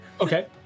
Okay